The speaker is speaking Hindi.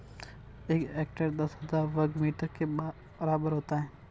एक हेक्टेयर दस हज़ार वर्ग मीटर के बराबर होता है